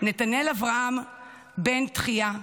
נתנאל אברהם בן תחיה,